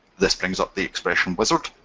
this brings up the expression wizard,